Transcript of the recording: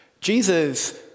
Jesus